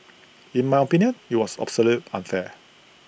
in my opinion IT was absolute unfair